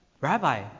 Rabbi